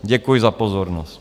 Děkuji za pozornost.